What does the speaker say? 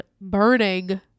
burning